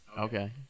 Okay